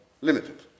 limited